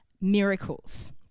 miracles